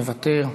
מוותר.